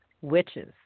witches